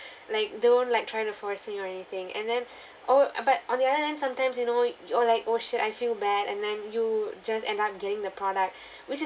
like don't like try to force me or anything and then or uh but on the other hand sometimes you know you're like oh shit I feel bad and then you just end up getting the product which is